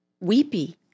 weepy